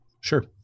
sure